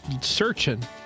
searching